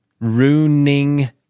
ruining